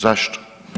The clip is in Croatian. Zašto?